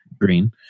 Green